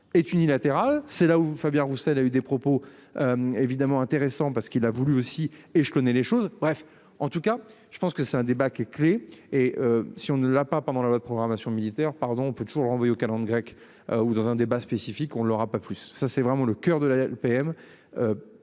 est unilatérale, c'est là où Fabien Roussel a eu des propos. Évidemment intéressant parce qu'il a voulu aussi et je connais les choses. Bref, en tout cas je pense que c'est un débat qui est clé. Et si on ne l'a pas pendant la loi de programmation militaire pardon. On peut toujours renvoyer aux calendes grecques ou dans un débat spécifique, on ne leur a pas plu, ça c'est vraiment le coeur de la LPM.